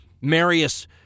Marius